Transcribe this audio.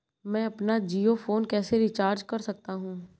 मैं अपना जियो फोन कैसे रिचार्ज कर सकता हूँ?